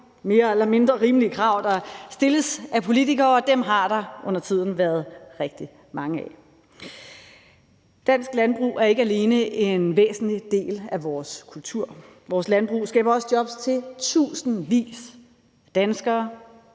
mere eller mindre rimelige krav, der stilles af politikere, og dem har der undertiden været rigtig mange af. Dansk landbrug er ikke alene en væsentlig del af vores kultur, vores landbrug skaber også job til tusindvis af danskere